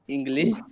English